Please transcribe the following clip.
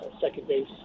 second-base